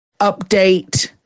update